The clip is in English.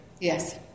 Yes